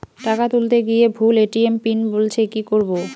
টাকা তুলতে গিয়ে ভুল এ.টি.এম পিন বলছে কি করবো?